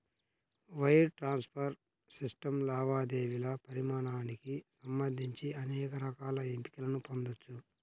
wire transfer system లావాదేవీల పరిమాణానికి సంబంధించి అనేక రకాల ఎంపికలను పొందొచ్చు